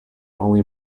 only